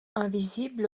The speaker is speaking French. invisible